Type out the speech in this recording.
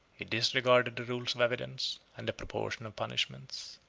he disregarded the rules of evidence, and the proportion of punishments.